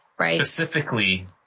specifically